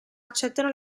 accettano